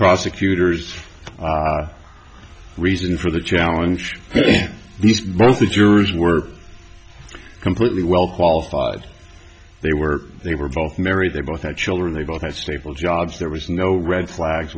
prosecutor's reason for the challenge these both the jurors were completely well qualified they were they were both married they both had children they both had stable jobs there was no red flags